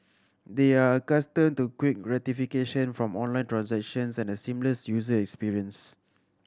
they are accustomed to quick gratification from online transactions and a seamless user experience